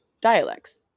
dialects